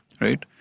Right